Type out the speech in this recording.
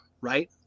right